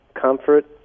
comfort